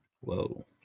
Whoa